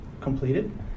completed